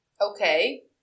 Okay